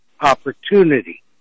opportunity